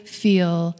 feel